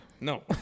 no